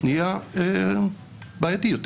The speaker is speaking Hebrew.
נהיה בעייתי יותר.